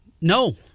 No